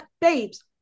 babes